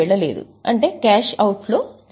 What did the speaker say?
వెళ్లలేదు అంటే cash outflow జరగలేదు